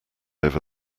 over